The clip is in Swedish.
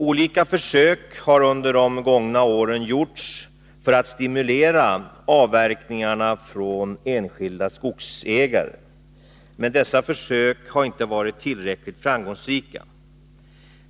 Olika försök har under de gångna åren gjorts för att stimulera avverkningarna från enskilda skogsägare, men dessa försök har inte varit tillräckligt framgångsrika.